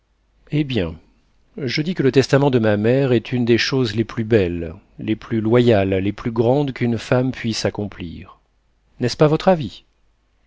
eh bien je dis que le testament de ma mère est une des choses les plus belles les plus loyales les plus grandes qu'une femme puisse accomplir n'est-ce pas votre avis